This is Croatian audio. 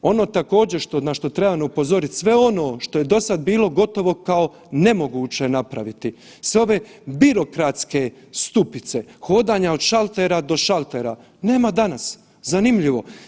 Ono također na što trebam upozoriti sve ono što je do sada bilo gotovo kao nemoguće napraviti, sve ove birokratske stupice, hodanja od šaltera do šaltera nema danas, zanimljivo.